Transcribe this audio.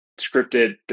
scripted